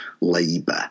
Labour